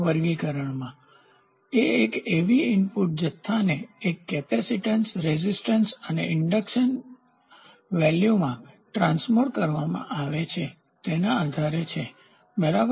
વર્ગીકરણ એ કેવી રીતે ઇનપુટ જથ્થાને એક કેપેસિટીન્સ રેઝિસ્ટન્સ અને ઇન્ડક્ટન્સ વેલ્યુમાં ટ્રાન્સમોડ કરવામાં આવે છે તેના આધારે છે બરાબર